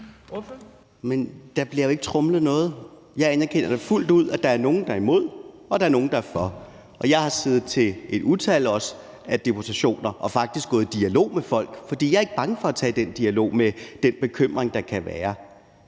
Men der bliver jo ikke tromlet noget. Jeg anerkender da fuldt ud, at der er nogle, der er imod, og at der er nogle, der er for. Jeg har også siddet til et utal af deputationer og faktisk gået i dialog med folk, for jeg er ikke bange for at tage den dialog om den bekymring, der kan være.